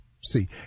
see